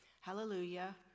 Hallelujah